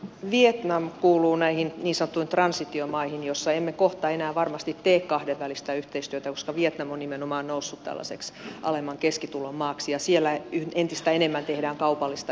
vietnam kuuluu näihin niin sanottuihin transitiomaihin joissa emme kohta enää varmasti tee kahdenvälistä yhteistyötä koska vietnam on nimenomaan noussut tällaiseksi alemman keskitulon maaksi ja siellä entistä enemmän tehdään kaupallista yhteistyötä